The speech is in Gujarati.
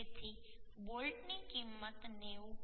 તેથી બોલ્ટની કિંમત 90